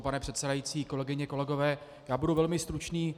Pane předsedající, kolegyně, kolegové, budu velmi stručný.